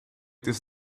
this